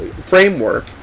framework